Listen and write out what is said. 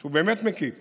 שהוא באמת מקיף